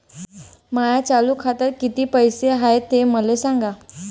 माया चालू खात्यात किती पैसे हाय ते मले सांगा